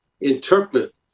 interpret